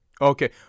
Okay